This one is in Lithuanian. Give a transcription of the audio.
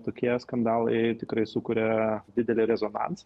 tokie skandalai tikrai sukuria didelį rezonansą